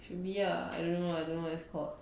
should be ah I don't know I don't know what it's called